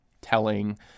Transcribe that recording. telling